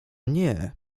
nie